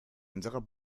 unserer